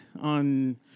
on